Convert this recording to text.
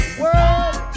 world